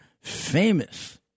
famous